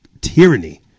tyranny